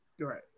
Right